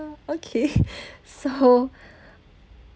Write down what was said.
okay so